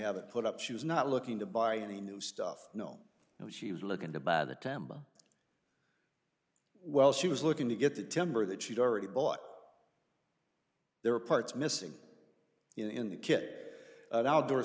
have it put up she was not looking to buy any new stuff no it was she was looking to buy the tamba well she was looking to get the timber that she'd already bought there are parts missing in the